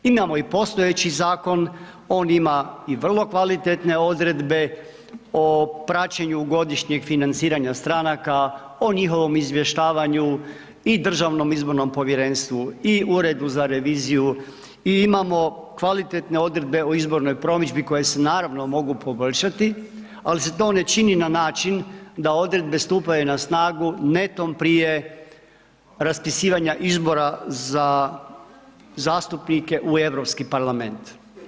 Imamo i postojeći zakon, on ima i vrlo kvalitetne odredbe o praćenju godišnjeg financiranja stranaka, o njihovom izvještavanju i Državnom izbornom povjerenstvu i Uredu za reviziju i imamo kvalitetne odredbe o izbornoj promidžbi koje se, naravno, mogu poboljšati, ali se to ne čini na način da odredbe stupaju na snagu netom prije raspisivanja izbora za zastupnike u Europski parlament.